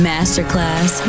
Masterclass